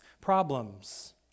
problems